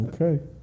okay